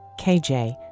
KJ